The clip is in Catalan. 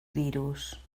virus